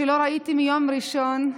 שלא ראיתי מיום ראשון,